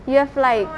you have like